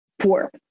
poor